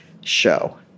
show